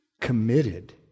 committed